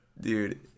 Dude